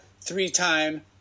three-time